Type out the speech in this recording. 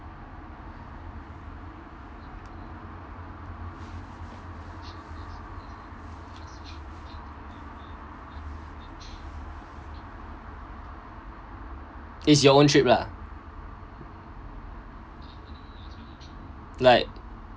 is your own trip lah like